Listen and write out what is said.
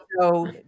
so-